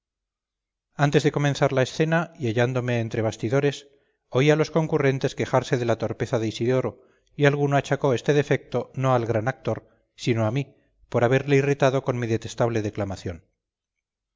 antes de comenzar esta escena y hallándome entre bastidores oí a los concurrentes quejarse de la torpeza de isidoro y alguno achacó este defecto no al gran actor sino a mí por haberle irritado con mi detestable declamación